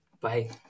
Bye